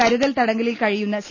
കരുതൽ തടങ്കലിൽ കഴിയുന്ന സി